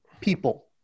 people